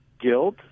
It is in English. guilt